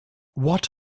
what